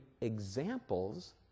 examples